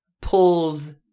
pulls